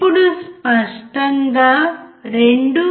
ఇప్పుడు స్పష్టంగా 2